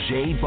Jay